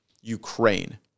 Ukraine